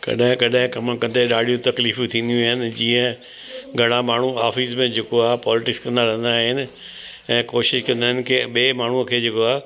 कॾहिं कॾहिं कम कंदे ॾाढियूं तकलीफूं थींदियूं आहिनि जीअं घणा माण्हू ऑफिस में जेको आहे पॉलिटिक्स कंदा रहंदा आहिनि ऐं कोशिशि कंदा आहिनि की ॿिए माण्हूअ खे जेको आहे